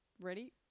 ready